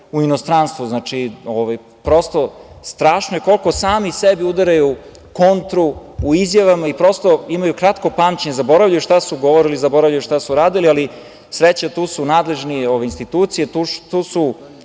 u inostranstvu. Prosto, strašno je koliko sami sebi udaraju kontru u izjavama i prosto imaju kratko pamćenje, zaboravljaju šta su govorili, zaboravljaju šta su radili. Ali, sreća tu su nadležne institucije, tu su